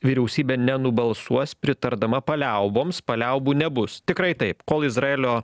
vyriausybė nenubalsuos pritardama paliauboms paliaubų nebus tikrai taip kol izraelio